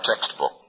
textbook